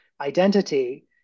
identity